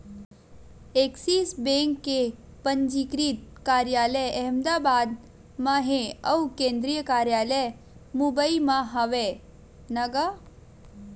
Axis bank के पंजीकृत कारयालय अहमदाबाद म हे अउ केंद्रीय कारयालय मुबई म हवय न गा